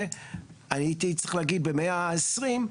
הייתי צריך להגיד במאה ה-20,